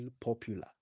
popular